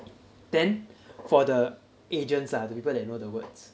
then for the agents ah the people that know the words